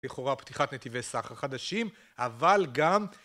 לכאורה פתיחת נתיבי סחר חדשים, אבל גם...